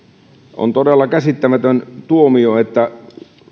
on todella käsittämätön tuomio että